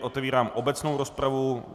Otevírám obecnou rozpravu.